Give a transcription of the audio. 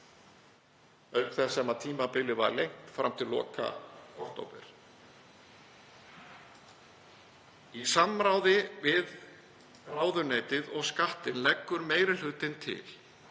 auk þess sem tímabilið var lengt fram til loka október. Í samráði við ráðuneytið og Skattinn leggur meiri hlutinn til